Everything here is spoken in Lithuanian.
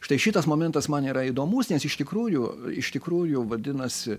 štai šitas momentas man yra įdomus nes iš tikrųjų iš tikrųjų vadinasi